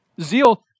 Zeal